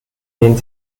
den